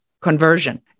conversion